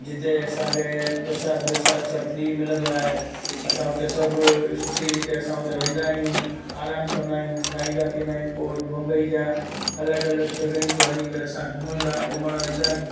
जिते असांखे प्रसाद व्रसाद सभु फ़्री मिलंदो आहे असां हुते सभु सुठी रीति सां हुते वेंदा आहियूं आरामु कंदा आहियूं खाईंदा पीअंदा आहियूं पोइ बंबई जा अलॻि अलॻि जॻहिनि ते वञी करे घुमंदा घुमणु वेंदा आहियूं